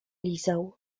lizał